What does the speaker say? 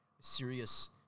serious